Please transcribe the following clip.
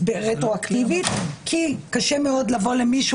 הזה רטרואקטיבית כי קשה מאוד לבוא למישהו